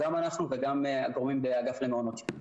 גם אנחנו וגם הגורמים באגף למעונות.